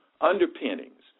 underpinnings